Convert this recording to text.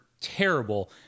terrible